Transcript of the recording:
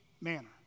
manner